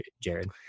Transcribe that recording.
Jared